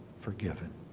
forgiven